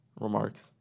remarks